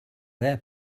their